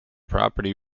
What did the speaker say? property